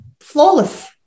flawless